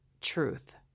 truth